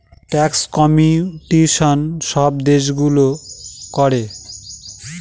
ট্যাক্সে কম্পিটিশন সব দেশগুলো করে